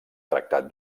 tractat